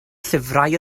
llyfrau